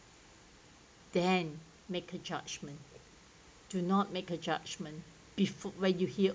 then make a judgment do not make a judgment before where you hear